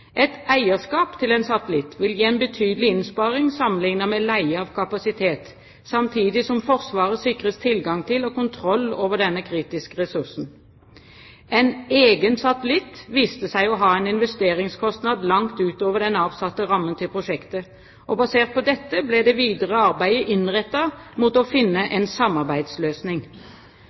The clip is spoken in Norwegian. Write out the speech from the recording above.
Et eierskap til en satellitt vil gi en betydelig innsparing sammenlignet med leie av kapasitet, samtidig som Forsvaret sikres tilgang til og kontroll over denne kritiske ressursen. En egen satellitt viste seg å ha en investeringskostnad langt utover den avsatte rammen til prosjektet, og basert på dette ble det videre arbeidet innrettet mot å finne en samarbeidsløsning.